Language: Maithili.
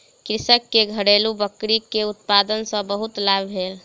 कृषक के घरेलु बकरी के उत्पाद सॅ बहुत लाभ भेल